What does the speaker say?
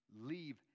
leave